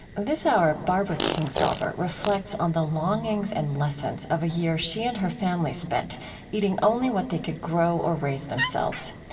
this hour, author barbara kingsolver reflects on the longings and lessons of a year she and her family spent eating only what they could grow or raise themselves.